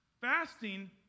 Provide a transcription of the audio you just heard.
Fasting